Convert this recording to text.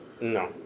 No